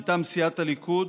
מטעם סיעת הליכוד,